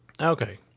Okay